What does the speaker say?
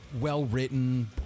well-written